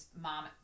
mom